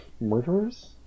Murderers